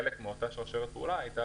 חלק מאותה שרשרת פעולה הייתה